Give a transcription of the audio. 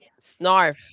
Snarf